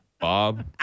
Bob